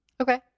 Okay